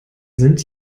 sind